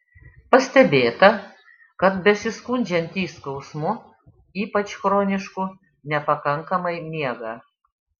pastebėta kad besiskundžiantys skausmu ypač chronišku nepakankamai miega